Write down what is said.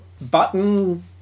button